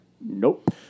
Nope